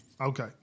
Okay